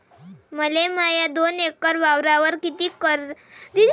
मले माया दोन एकर वावरावर कितीक कर्ज भेटन?